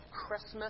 Christmas